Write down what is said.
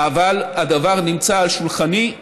אבל הדבר נמצא על שולחני.